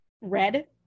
red